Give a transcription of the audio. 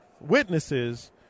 witnesses